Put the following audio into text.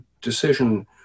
decision